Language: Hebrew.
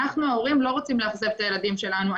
אנחנו ההורים לא רוצים לאכזב את הילדים שלנו.